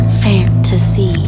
fantasy